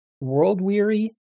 world-weary